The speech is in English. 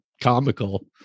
comical